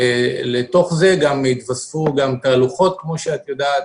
אל תוך זה התווספו גם תהלוכות, כפי שאת יודעת.